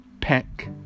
Peck